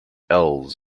elves